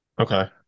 okay